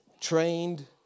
trained